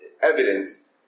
Evidence